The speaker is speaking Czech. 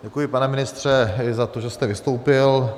Děkuji, pane ministře, i za to, že jste vystoupil.